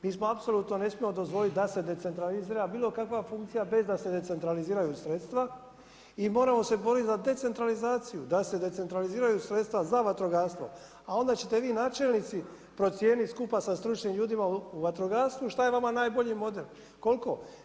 Mi si apsolutno ne smijemo dozvoliti da se decentralizira bilo kakva funkcija bez da se decentraliziraju sredstva i moramo se boriti za decentralizaciju da se decentraliziraju sredstva za vatrogastvo, a onda ćete vi načelnici procijeniti skupa sa stručnim ljudima u vatrogastvu što je vama najbolji model, koliko.